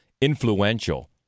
influential